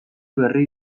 berri